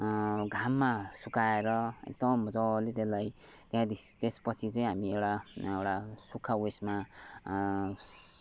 घाममा सुकाएर एकदम मज्जाले त्यसलाई त्यहाँदिस् त्यहाँपछि चाहिँ हामी एउटा एउटा सुक्खा उयेसमा